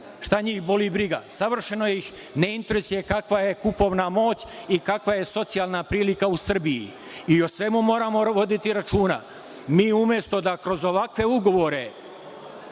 Šta njih boli briga. Savršeno ih ne interesuje kakva je kupovna moć i kakva je socijalna prilika u Srbiji i o svemu moramo voditi računa. Mi, umesto da kroz ovakve ugovore